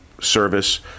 service